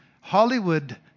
Hollywood